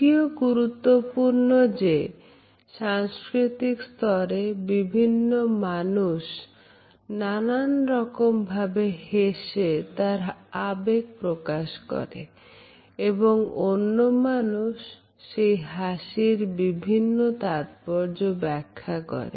এটিও গুরুত্বপূর্ণ যে সাংস্কৃতিক স্তরে বিভিন্ন মানুষ নানান রকম ভাবে হেসে তার আবেগ প্রকাশ করে এবং অন্য মানুষ সেই হাসির বিভিন্ন তাৎপর্য ব্যাখ্যা করে